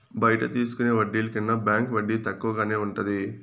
బయట తీసుకునే వడ్డీల కన్నా బ్యాంకు వడ్డీ తక్కువగానే ఉంటది